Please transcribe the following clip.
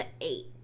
eight